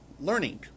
learning